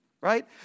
Right